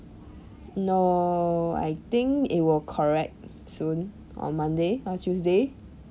no I think it will correct soon on monday on tuesday